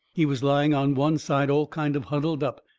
he was lying on one side all kind of huddled up.